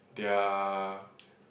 their